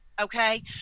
Okay